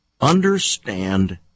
understand